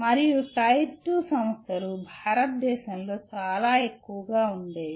మరియు టైర్ 2 సంస్థలు భారతదేశంలో చాలా ఎక్కువగా ఉండేవి